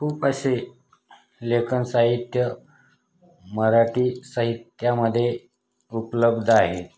खूप असे लेखन साहित्य मराठी साहित्यामध्ये उपलब्ध आहेत